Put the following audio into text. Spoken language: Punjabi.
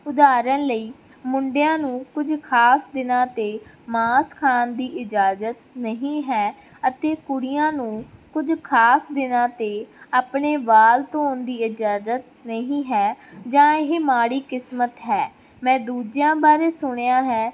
ਉਦਾਹਰਨ ਲਈ ਮੁੰਡਿਆਂ ਨੂੰ ਕੁਝ ਖ਼ਾਸ ਦਿਨਾਂ 'ਤੇ ਮਾਸ ਖਾਣ ਦੀ ਇਜਾਜ਼ਤ ਨਹੀਂ ਹੈ ਅਤੇ ਕੁੜੀਆਂ ਨੂੰ ਕੁਝ ਖ਼ਾਸ ਦਿਨਾਂ 'ਤੇ ਆਪਣੇ ਵਾਲ ਧੋਣ ਦੀ ਇਜਾਜ਼ਤ ਨਹੀਂ ਹੈ ਜਾਂ ਇਹ ਮਾੜੀ ਕਿਸਮਤ ਹੈ ਮੈਂ ਦੂਜਿਆਂ ਬਾਰੇ ਸੁਣਿਆ ਹੈ